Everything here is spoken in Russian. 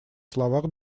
словах